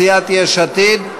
סיעת יש עתיד.